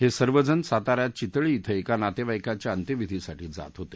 हे सर्वजण साताऱ्यात चितळी इथं एका नातेवाईकाच्या अंत्यविधीसाठी जात होते